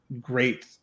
great